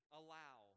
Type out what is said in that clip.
allow